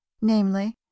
namely